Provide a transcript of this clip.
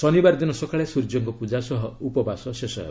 ଶନିବାର ଦିନ ସକାଳେ ସ୍ୱର୍ଯ୍ୟଙ୍କ ପୂଜା ସହ ଉପବାସ ଶେଷ ହେବ